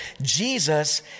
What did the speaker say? Jesus